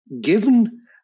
given